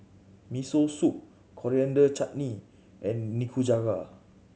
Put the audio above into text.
Miso Soup Coriander Chutney and Nikujaga